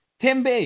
Tembe